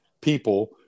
people